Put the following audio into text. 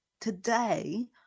today